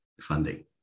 funding